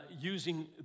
using